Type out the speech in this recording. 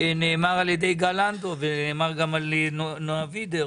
נאמר על ידי גל לנדו ונאמר גם על ידי נועה וידר